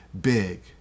big